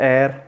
Air